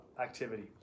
activity